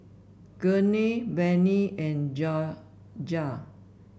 Gurney Barney and Jorja